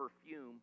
perfume